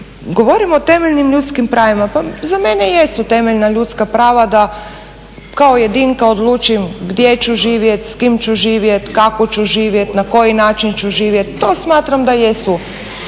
Govorimo o temeljnim ljudskim pravima, pa za mene jesu temeljna ljudska prava da kao jedinka odlučim gdje ću živjeti, s kim ću živjeti, kako ću živjeti, na koji način ću živjeti to smatram da jesu